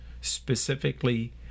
specifically